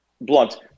blunt